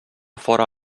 fora